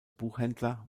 buchhändler